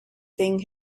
thing